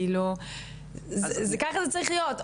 כאילו זה ככה זה צריך להיות.